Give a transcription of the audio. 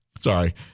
Sorry